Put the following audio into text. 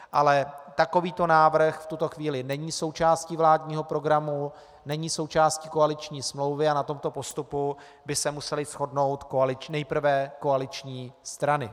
Ale takovýto návrh v tuto chvíli není součástí vládního programu, není součástí koaliční smlouvy a na tomto postupu by se musely shodnout nejprve koaliční strany.